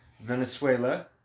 Venezuela